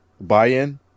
buy-in